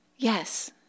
Yes